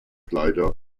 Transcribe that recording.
kleider